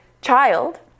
child